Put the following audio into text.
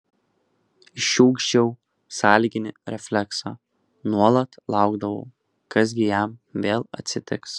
išsiugdžiau sąlyginį refleksą nuolat laukdavau kas gi jam vėl atsitiks